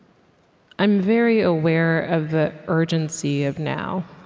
i'm very aware of the urgency of now.